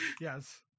yes